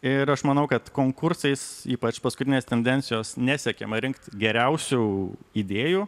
ir aš manau kad konkursais ypač paskutinės tendencijos nesiekiama rinkti geriausių idėjų